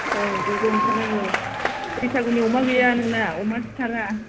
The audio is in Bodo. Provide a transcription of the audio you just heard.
औ ज' ज' ओंखारनांगौ बैसागुनि अमा गैया नोंना अमा सिथारा